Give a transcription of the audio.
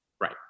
Right